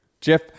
Jeff